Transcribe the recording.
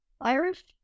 Irish